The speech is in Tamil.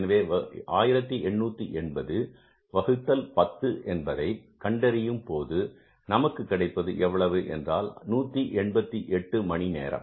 எனவே 1880 வகுத்தல் 10 என்பதை கண்டறியும்போது நமக்கு கிடைப்பது எவ்வளவு என்றால் 188 மணி நேரம்